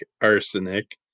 arsenic